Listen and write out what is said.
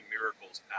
miracles